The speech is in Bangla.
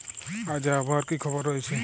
আজ আবহাওয়ার কি খবর রয়েছে?